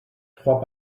trois